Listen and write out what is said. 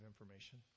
information